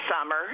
summer